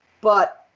But-